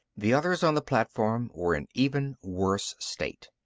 the others on the platform were in even worse state.